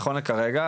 נכון לכרגע,